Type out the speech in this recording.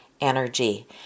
energy